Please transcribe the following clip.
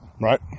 Right